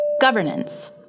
Governance